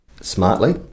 smartly